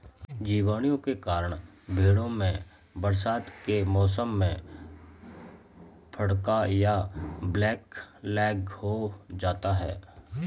जीवाणुओं के कारण भेंड़ों में बरसात के मौसम में फड़का या ब्लैक लैग हो जाता है